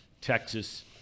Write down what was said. Texas